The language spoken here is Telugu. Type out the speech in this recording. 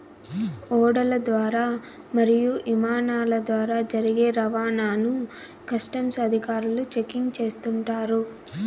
ఓడల ద్వారా మరియు ఇమానాల ద్వారా జరిగే రవాణాను కస్టమ్స్ అధికారులు చెకింగ్ చేస్తుంటారు